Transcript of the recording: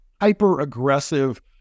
hyper-aggressive